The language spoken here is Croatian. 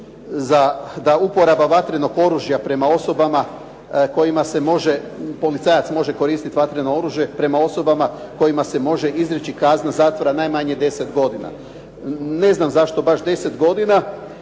da uporaba vatrenog oružja prema osobama kojima se policajac može koristiti vatreno oružje prema osobama kojima se može izreći kazna zatvora najmanje 10 godina. Ne znam zašto baš 10 godina.